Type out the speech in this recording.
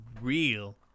real